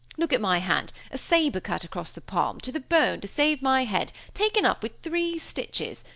look at my hand, a saber-cut across the palm, to the bone, to save my head, taken up with three stitches,